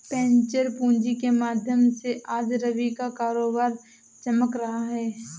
venture पूँजी के माध्यम से आज रवि का कारोबार चमक रहा है